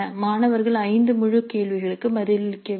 மாணவர்கள் 5 முழு கேள்விகளுக்கு பதிலளிக்க வேண்டும்